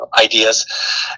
ideas